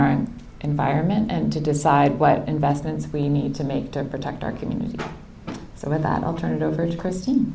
own environment and to decide what investments we need to make to protect our communities so with that i'll turn it over to christine